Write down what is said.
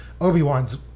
Obi-Wan's